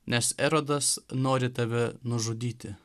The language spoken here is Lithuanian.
nes erodas nori tave nužudyti